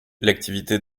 l’activité